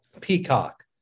Peacock